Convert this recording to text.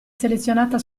selezionata